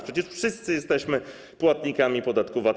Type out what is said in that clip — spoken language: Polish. Przecież wszyscy jesteśmy płatnikami podatku VAT.